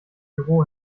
büro